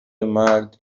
مرد